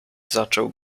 zaczął